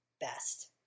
best